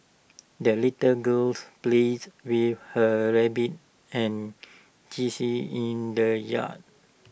the little girls played with her rabbit and geese in the yard